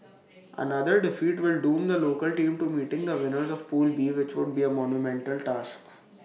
another defeat will doom the local team to meeting the winners of pool B which would be A monumental task